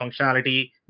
functionality